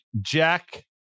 Jack